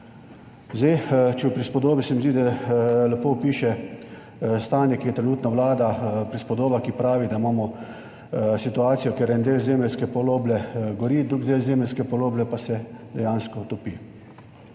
bili zadostni. Zdi se mi, da lepo opiše stanje, ki trenutno vlada, prispodoba, ki pravi, da imamo situacijo, kjer en del zemeljske poloble gori, drugi del zemeljske poloble pa se dejansko topi.